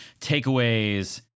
takeaways